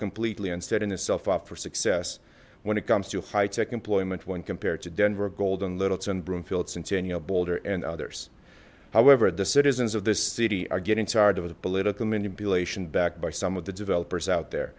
completely instead in itself for success when it comes to high tech employment when compared to denver a golden littleton broomfield since any of boulder and others however the citizens of this city are getting tired of the political manipulation backed by some of the developers out there